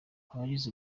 abagize